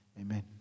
Amen